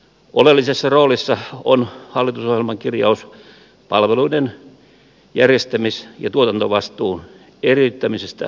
oleellisessa roolissa on hallitusohjelman kirjaus palveluiden järjestämis ja tuotantovastuun eriyttämisestä kunnissa